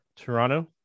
Toronto